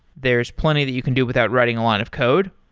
there's plenty that you can do without writing a lot of code,